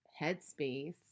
headspace